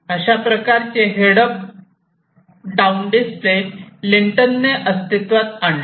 अशा प्रकारचे head up down display लिंटननेअस्तित्वात आणले